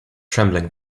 trembling